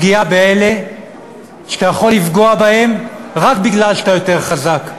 הפגיעה באלה שאתה יכול לפגוע בהם רק כי אתה יותר חזק,